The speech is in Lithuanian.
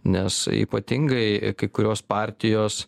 nes ypatingai kai kurios partijos